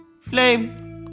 flame